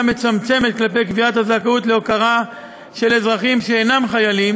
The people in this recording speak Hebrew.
מצמצמת כלפי קביעת הזכאות להוקרה של אזרחים שאינם חיילים,